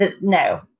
No